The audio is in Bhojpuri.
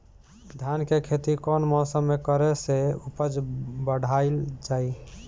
धान के खेती कौन मौसम में करे से उपज बढ़ाईल जाई?